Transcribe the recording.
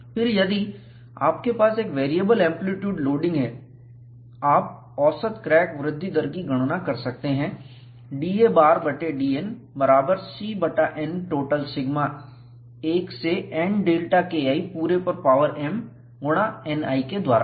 फिर यदि आपके पास एक वेरिएबल एंप्लीट्यूड लोडिंग है आप औसत क्रैक वृद्धि दर की गणना कर सकते हैं d a बार बटे d N बराबर C बटा N टोटल सिगमा 1 से NΔKi पूरे पर पावर m गुणा Ni के द्वारा